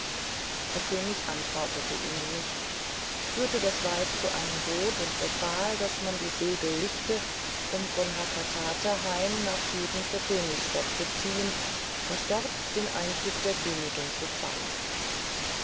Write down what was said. der könig antwortete ihnen nicht führte das weib zu seinem boot und befahl daß man die segel lichte um von hakatate heim nach süden zur königstadt zu ziehen und dort den einzug der königin zu feiern